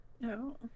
No